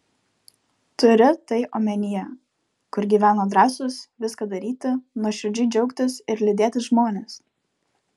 turi tai omenyje kur gyvena drąsūs viską daryti nuoširdžiai džiaugtis ir liūdėti žmonės